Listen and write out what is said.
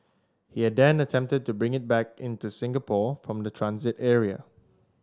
he had then attempted to bring it back in to Singapore from the transit area